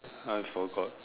I forgot